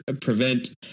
prevent